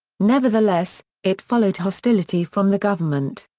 nevertheless, it followed hostility from the government.